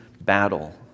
battle